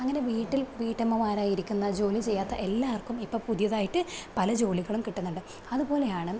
അങ്ങനെ വീട്ടിൽ വീട്ടമ്മമാരായി ഇരിക്കുന്ന ജോലി ചെയ്യാത്ത എല്ലാവർക്കും ഇപ്പോൾ പുതിയതായിട്ട് പല ജോലികളും കിട്ടുന്നുണ്ട് അതുപോലെയാണ്